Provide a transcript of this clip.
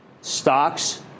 stocks